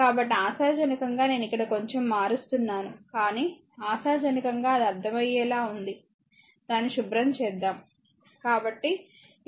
కాబట్టి ఆశాజనకంగా నేను ఇక్కడ కొంచెం మారుస్తున్నాను కానీ ఆశాజనకంగా అది అర్థమయ్యేలా ఉంది దాన్ని శుభ్రం చేద్దాం కాబట్టి ఇది సిరీస్ రెసిస్టర్